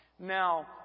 Now